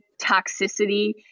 toxicity